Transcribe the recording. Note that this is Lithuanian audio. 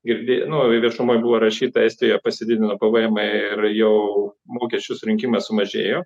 girdė nu viešumoj buvo rašyta estija pasididino pvmą ir jau mokesčių surinkimas sumažėjo